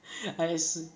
i~